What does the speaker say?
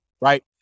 right